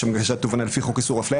לשם הגשת תובענה לפי חוק איסור הפליה,